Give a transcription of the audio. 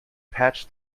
patch